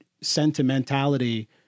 sentimentality